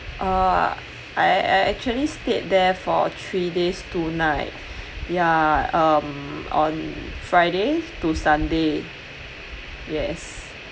uh I actually stayed there for three days two night yeah um I'm on friday to sunday yes